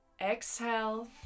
Exhale